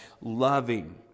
Loving